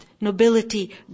nobility